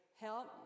Help